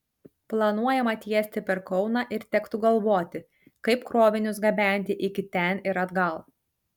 planuojama tiesti per kauną ir tektų galvoti kaip krovinius gabenti iki ten ir atgal